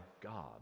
God